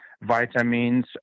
vitamins